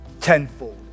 tenfold